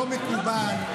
לא מקובל,